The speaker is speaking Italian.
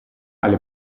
alle